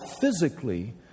physically